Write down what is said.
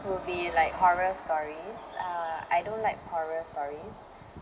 will be like horror stories uh I don't like horror stories